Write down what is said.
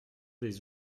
des